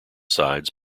sides